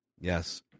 Yes